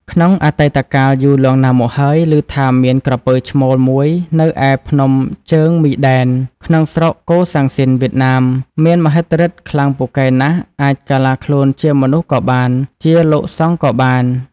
ក្នុងអតីតកាលយូរលង់ណាស់មកហើយ ឮថាមាន ក្រពើឈ្មោល មួយនៅឯ ភ្នំជើងមីដែន ក្នុងស្រុកកូសាំងស៊ីន (វៀតណាម) មានមហិទ្ធិឫទ្ធិខ្លាំងពូកែណាស់ អាចកាឡាខ្លួនជាមនុស្សក៏បាន ជាលោកសង្ឃក៏បាន។